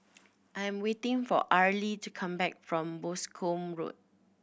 I'm waiting for Arlie to come back from Boscombe Road